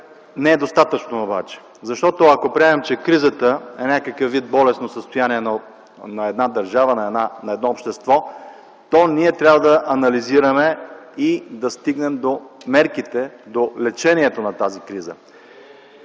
не е достатъчно обаче. Ако приемем, че кризата е някакъв вид болестно състояние на една държава, на едно общество, то ние трябва да анализираме и да стигнем до мерките, до лечението на тази криза.